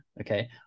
Okay